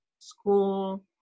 school